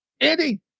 Andy